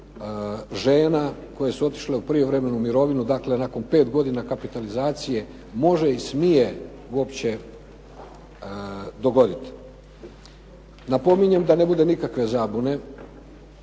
žena koje su otišle u prijevremenu mirovinu, dakle nakon 5 godina kapitalizacije može i smije uopće dogoditi. Napominjem da ne bude nikakve zabune,